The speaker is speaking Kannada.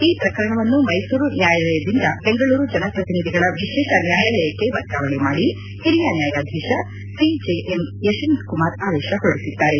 ಈ ಪ್ರಕರಣವನ್ನು ಮೈಸೂರು ನ್ಯಾಯಾಲಯದಿಂದ ಬೆಂಗಳೂರು ಜನಪ್ರತಿನಿಧಿಗಳ ವಿಶೇಷ ನ್ಯಾಯಾಲಯಕ್ಕೆ ವರ್ಗಾವಣೆ ಮಾಡಿ ಹಿರಿಯ ನ್ಯಾಯಾಧೀಶ ಸಿಜೆಎಂ ಯಶವಂತ ಕುಮಾರ್ ಆದೇಶ ಹೊರಡಿಸಿದ್ದಾರೆ